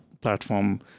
platform